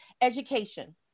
education